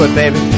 baby